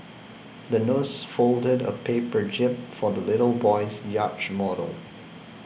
the nurse folded a paper jib for the little boy's yacht model